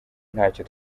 ntacyo